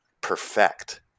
perfect